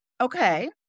Okay